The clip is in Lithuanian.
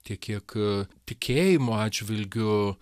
tiek kiek tikėjimo atžvilgiu